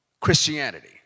Christianity